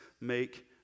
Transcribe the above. make